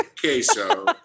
queso